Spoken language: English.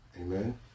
amen